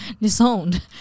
disowned